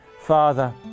Father